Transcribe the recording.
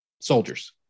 Soldiers